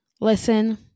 Listen